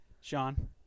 Sean